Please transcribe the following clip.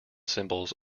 symbols